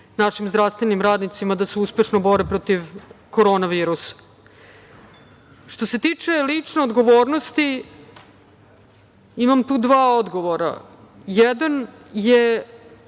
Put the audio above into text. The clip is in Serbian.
našim zdravstvenim radnicima da se uspešno bore protiv korona virusa. Što se tiče lične odgovornosti, imam tu dva odgovora. Jedan je